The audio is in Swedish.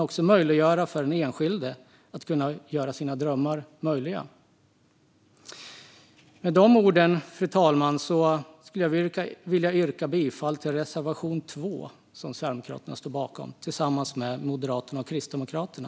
Det ger också den enskilde möjlighet att förverkliga sina drömmar. Med dessa ord, fru talman, vill jag yrka bifall till reservation 2 som Sverigedemokraterna står bakom tillsammans med Moderaterna och Kristdemokraterna.